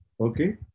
okay